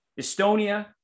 Estonia